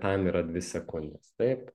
tam yra dvi sekundės taip